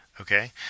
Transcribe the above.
Okay